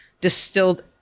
distilled